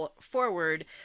forward